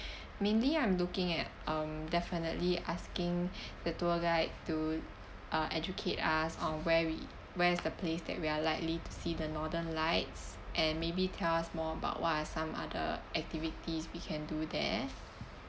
mainly I'm looking at um definitely asking the tour guide to uh educate us on where we where is the place that we are likely to see the northern lights and maybe tell us more about what are some other activities we can do there